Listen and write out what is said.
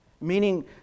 Meaning